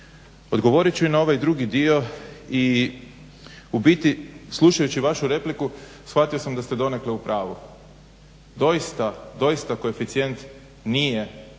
odgovorit ću i na ovaj drugi dio i u biti slušajući vašu repliku shvatio sam da ste donekle u pravu. Doista koeficijent nije